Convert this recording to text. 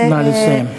נא לסיים.